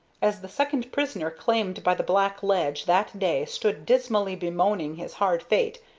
as the second prisoner claimed by the black ledge that day stood dismally bemoaning his hard fate,